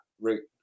route